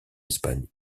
espagne